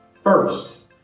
First